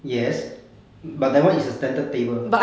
yes but that one is a standard table